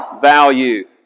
value